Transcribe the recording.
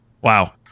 wow